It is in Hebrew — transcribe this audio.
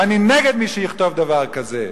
ואני נגד מי שיכתוב דבר כזה.